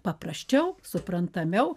paprasčiau suprantamiau